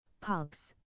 Pubs